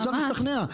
האוצר השתכנע.